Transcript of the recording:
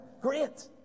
Great